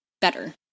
better